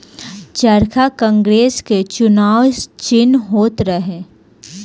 चरखा कांग्रेस के चुनाव चिन्ह होत रहे